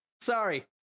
Sorry